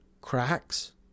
cracks